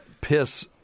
piss